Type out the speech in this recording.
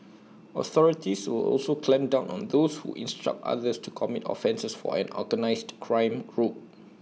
authorities will also clamp down on those who instruct others to commit offences for an organised crime group